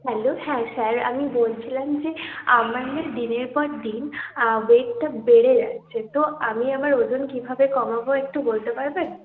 hello হ্যাঁ sir আমি বলছিলাম যে আমার না দিনের পর দিন ওয়েটটা বেড়ে যাচ্ছে তো আমি আমার ওজন কীভাবে কমাব একটু বলতে পারবেন